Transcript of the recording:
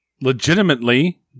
legitimately